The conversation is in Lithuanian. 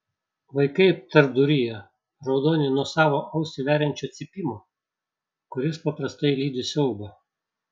vaikai tarpduryje raudoni nuo savo ausį veriančio cypimo kuris paprastai lydi siaubą